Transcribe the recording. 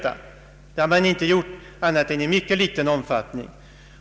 Det har man inte gjort annat än i mycket liten omfattning.